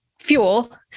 fuel